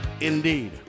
indeed